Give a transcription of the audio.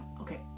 Okay